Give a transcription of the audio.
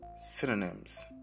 Synonyms